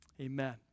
Amen